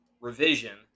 revision